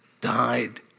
died